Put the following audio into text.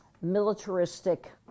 militaristic